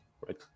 right